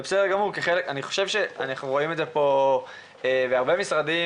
אנחנו רואים את זה בהרבה משרדים,